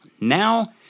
now